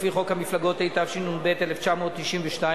לפי חוק המפלגות התשנ"ב 1992,